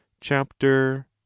chapter